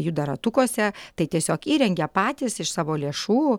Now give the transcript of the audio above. juda ratukuose tai tiesiog įrengia patys iš savo lėšų